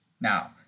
Now